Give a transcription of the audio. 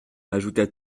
ajouta